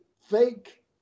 fake